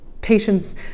patients